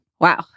Wow